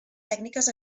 tècniques